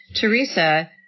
Teresa